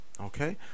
okay